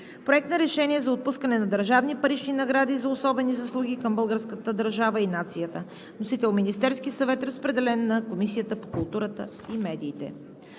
Проект на решение за отпускане на държавни парични награди за особени заслуги към българската държава и нацията. Вносител – Министерският съвет. Разпределен е на Комисията по културата и медиите.